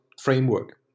framework